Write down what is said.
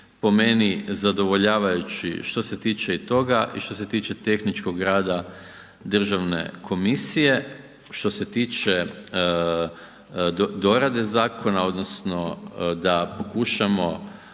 po meni zadovoljavajući što se tiče i toga i što se tehničkog rada državna komisije. Što se tiče dorade zakona odnosno da pokušamo